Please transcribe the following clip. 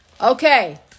Okay